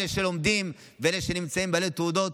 אלה שלומדים ואלה שבעלי תעודות,